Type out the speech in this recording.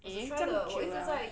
eh 这样久 liao